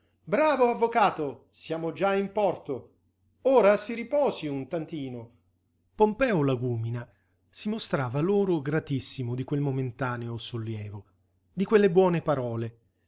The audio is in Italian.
bravo avvocato siamo già in porto ora si riposi un tantino pompeo lagúmina si mostrava loro gratissimo di quel momentaneo sollievo di quelle buone parole